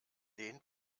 den